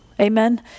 Amen